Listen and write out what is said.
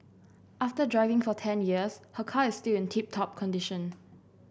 after driving for ten years her car is still in tip top condition